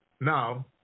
Now